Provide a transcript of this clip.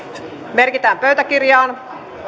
merkitään pöytäkirjaan